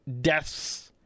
deaths